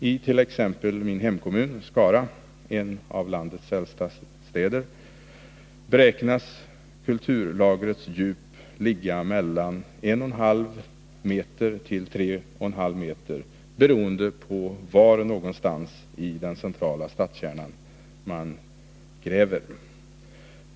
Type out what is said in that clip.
I t.ex. min hemkommun Skara, en av landets äldsta städer, beräknas kulturlagrets djup ligga mellan 1,5 meter och 3,5 meter beroende på var i den centrala stadskärnan man gräver.